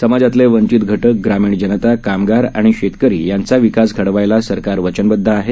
समाजातल्यावंचितघटक ग्रामीणजनता कामगारआणिशेतकरीयांचाविकासघडवायलासरकारवचनबद्धआहे